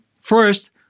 First